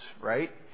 right